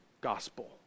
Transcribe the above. gospel